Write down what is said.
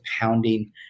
pounding